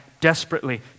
desperately